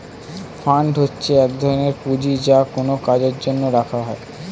fund হচ্ছে এক ধরনের পুঁজি যা কোনো কাজের জন্য রাখা হয়